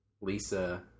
Lisa